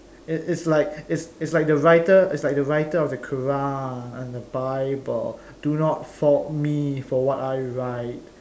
it it's like it's like the writer it's like the writer of the Quran and the Bible do not fault me for what I write